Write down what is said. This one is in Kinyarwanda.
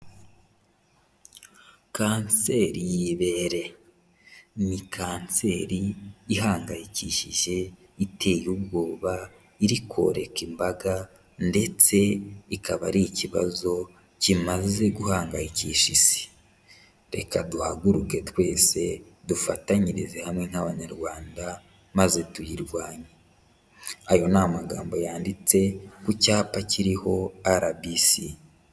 Kanseri y'ibere ni kanseri ihangayikishije, iteye ubwoba, iri koreka imbaga ndetse ikaba ari ikibazo kimaze guhangayikisha Isi, reka duhaguruke twese, dufatanyirize hamwe n'abanyarwanda maze tuyirwane, ayo ni amagambo yanditse ku cyapa kiriho RBC.